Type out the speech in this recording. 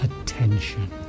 attention